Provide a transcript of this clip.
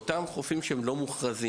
מה אתם עושים בחופים שאינם מוכרזים?